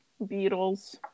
Beatles